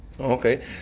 Okay